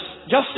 justice